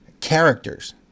characters